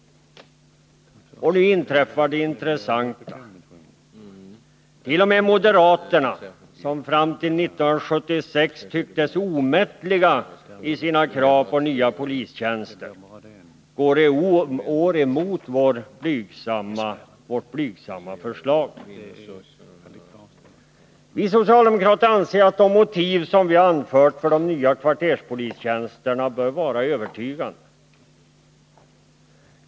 Och nu inträffar det intressanta: t.o.m. moderaterna, som fram till 1976 tycktes omättliga i sina krav på nya polistjänster, går i år emot vårt blygsamma förslag. Vi socialdemokrater anser att de motiv som vi anfört för de nya kvarterspolistjänsterna bör vara övertygande.